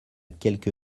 quelque